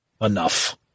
Enough